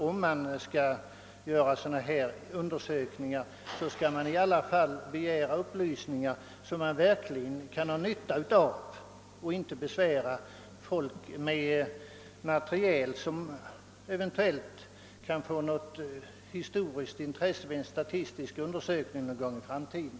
Om man skall göra sådana undersökningar, bör man i varje fall begära upplysningar som man verkligen kan ha nytta av och inte besvära folk med att infordra uppgifter som eventuellt kan få historiskt intresse vid en statistisk undersökning någon gång i framtiden.